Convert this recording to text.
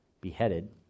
beheaded